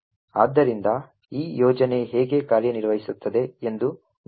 ಆದ್ದರಿಂದ ಈ ಯೋಜನೆ ಹೇಗೆ ಕಾರ್ಯನಿರ್ವಹಿಸುತ್ತದೆ ಎಂದು ನೋಡೋಣ